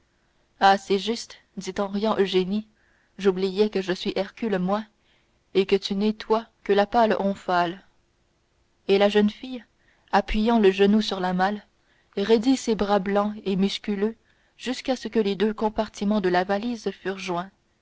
ah c'est juste dit en riant eugénie j'oubliais que je suis hercule moi et que tu n'es toi que la pâle omphale et la jeune fille appuyant le genou sur la malle raidit ses bras blancs et musculeux jusqu'à ce que les deux compartiments de la valise fussent joints